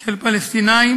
של פלסטינים